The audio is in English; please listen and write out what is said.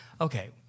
okay